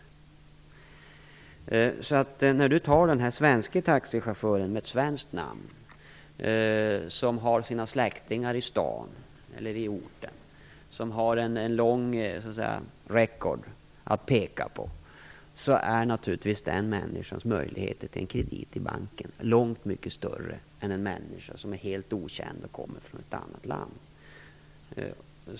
Den svenske taxichaufför som Sten Andersson tar som exempel, som har ett svenskt namn, som har sina släktingar på orten, som har en lång meritlista att peka på har naturligtvis långt mycket större möjligheter att få kredit i banken än en människa som är helt okänd och som kommer från ett annat land.